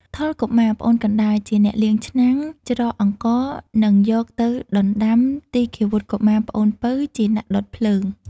ថុល កុមារ (ប្អូនកណ្ដាល) ជាអ្នកលាងឆ្នាំង ច្រកអង្ករ និងយកទៅដណ្ដាំ ទីឃាវុត្ត កុមារ (ប្អូនពៅ) ជាអ្នកដុតភ្លើង។